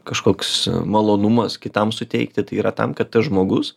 kažkoks malonumas kitam suteikti tai yra tam kad tas žmogus